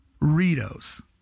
Ritos